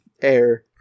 air